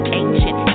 ancient